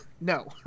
No